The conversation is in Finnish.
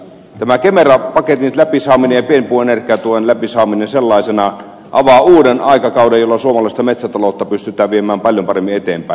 tämä kemera paketin läpisaaminen ja pienpuun energiatuen läpisaaminen sellaisenaan avaa uuden aikakauden jolloin suomalaista metsätaloutta pystytään viemään paljon paremmin eteenpäin